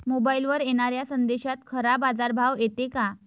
मोबाईलवर येनाऱ्या संदेशात खरा बाजारभाव येते का?